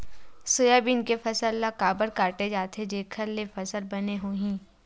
Soybean के फसल ल काबर काटे जाथे जेखर ले फसल बने होही?